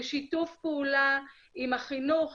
בשיתוף פעולה עם החינוך,